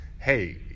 hey